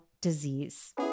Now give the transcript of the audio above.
disease